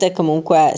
comunque